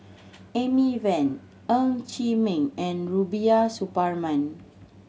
Amy Van Ng Chee Meng and Rubiah Suparman